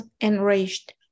enraged